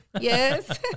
yes